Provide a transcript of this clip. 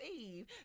Eve